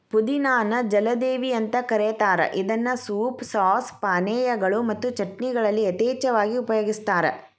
ಪುದಿನಾ ನ ಜಲದೇವಿ ಅಂತ ಕರೇತಾರ ಇದನ್ನ ಸೂಪ್, ಸಾಸ್, ಪಾನೇಯಗಳು ಮತ್ತು ಚಟ್ನಿಗಳಲ್ಲಿ ಯಥೇಚ್ಛವಾಗಿ ಉಪಯೋಗಸ್ತಾರ